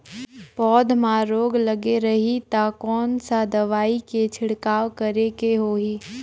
पौध मां रोग लगे रही ता कोन सा दवाई के छिड़काव करेके होही?